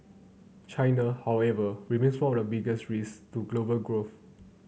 China however remains one of the biggest risks to global growth